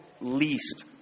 least